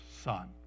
son